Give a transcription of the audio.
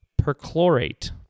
perchlorate